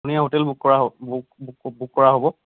ধুনীয়া hotel book কৰা হ'ব বুক বুক বুক কৰা হ'ব